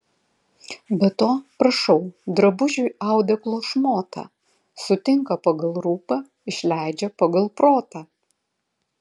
be to prašau drabužiui audeklo šmotą sutinka pagal rūbą išleidžia pagal protą